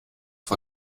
vor